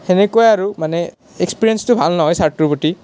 সেনেকুৱাই আৰু মানে এক্সপ্ৰিৰেঞ্চটো ভাল নহয় চাৰ্টটোৰ প্ৰতি